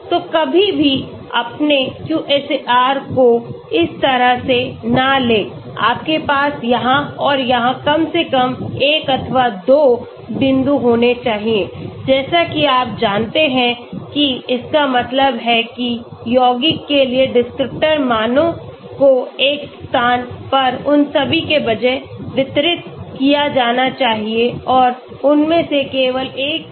तो कभी भी अपने QSAR को इस तरह से न लें आपके पास यहां और यहां कम से कम एक अथवा 2 बिंदु होने चाहिए जैसे कि आप जानते हैं कि इसका मतलब है कि यौगिक के लिए डिस्क्रिप्टर मानों को एक स्थान पर उन सभी के बजाय वितरित किया जाना चाहिए और उनमें से केवल एक ही दूर है